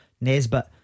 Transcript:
Nesbitt